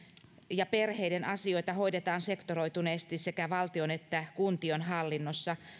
ja perheiden asioita hoidetaan sektoroituneesti sekä valtion että kuntien hallinnossa